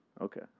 Okay